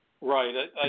right